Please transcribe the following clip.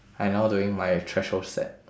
I now doing my threshold set